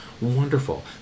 wonderful